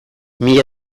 mila